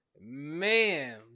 man